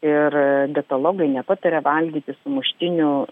ir dietologai nepataria valgyti sumuštinių